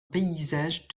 paysage